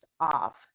off